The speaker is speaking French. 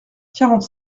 quarante